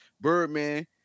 Birdman